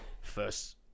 first